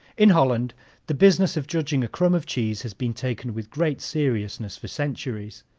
in holland the business of judging a crumb of cheese has been taken with great seriousness for centuries.